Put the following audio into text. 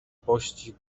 pościg